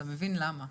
אתה מבין למה.